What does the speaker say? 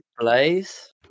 place